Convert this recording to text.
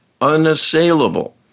unassailable